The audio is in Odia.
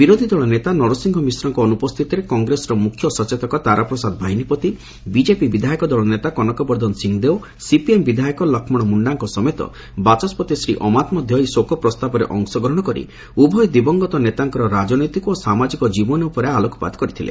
ବିରୋଧୀଦଳ ନେତା ନରସିଂହ ମିଶ୍ରଙ୍କ ଅନୁପସ୍ତିତିରେ କଂଗ୍ରେସର ମୁଖ୍ୟ ସଚେତକ ତାରାପ୍ରସାଦ ବାହିନୀପତି ବିଜେପି ବିଧାୟକ ଦଳ ନେତା କନକ ବର୍ବ୍ଧନ ସିଂଦେଓ ସିପିଏମ୍ ବିଧାୟକ ଲକ୍ଷ୍ମଣ ମୁଖାଙ୍କ ସମେତ ବାଚସ୍ବତି ପ୍ରଦୀପ କୁମାର ଅମାତ ମଧ୍ଧ ଏହି ଶୋକ ପ୍ରସ୍ତାବରେ ଅଂଶଗ୍ରହଶ କରି ଉଭୟ ଦିବଂଗତ ନେତାଙ୍କର ରାକନେତିକ ଓ ସାମାଜିକ ଜୀବନ ଉପରେ ଆଲୋକପାତ କରିଥିଲେ